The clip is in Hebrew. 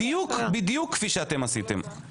בדיוק, בדיוק כפי שאתם עשיתם.